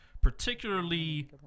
particularly